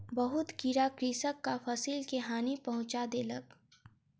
बहुत कीड़ा कृषकक फसिल के हानि पहुँचा देलक